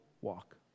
walk